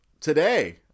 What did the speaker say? today